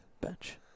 Bench